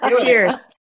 Cheers